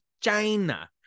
china